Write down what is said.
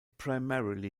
primarily